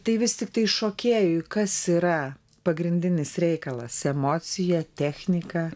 tai vis tiktai šokėjui kas yra pagrindinis reikalas emocija technika